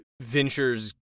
Venture's